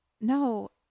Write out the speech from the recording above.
No